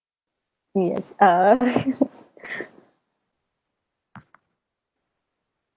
we as a